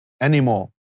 anymore